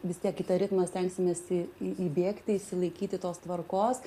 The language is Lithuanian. vis tiek į tą ritmą stengsimės į įbėgti išsilaikyti tos tvarkos